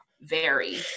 vary